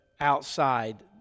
outside